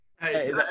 Hey